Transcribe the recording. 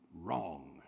wrong